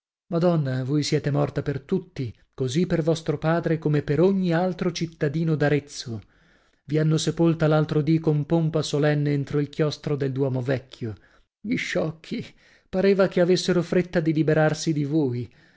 madonna voi siete morta per tutti così per vostro padre come per ogni altro cittadino d'arezzo vi hanno sepolta l'altro dì con pompa solenne entro il chiostro del duomo vecchio gli sciocchi pareva che avessero fretta di liberarsi di voi